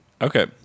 Okay